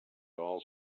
all